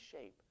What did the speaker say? shape